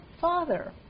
father